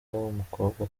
umukobwa